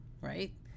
right